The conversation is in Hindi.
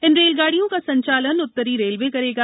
इन रेलगाड़ियों का संचालन उत्तरी रेलवे करेगा